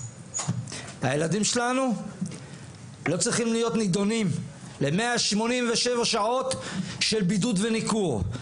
הילדים שלנו לא צריכים להיות נידונים ל-187 שעות של בידוד וניכור.